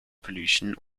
pollution